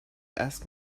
asked